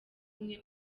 n’umwe